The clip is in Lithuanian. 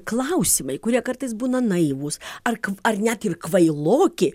klausimai kurie kartais būna naivūs ar ar net ir kvailoki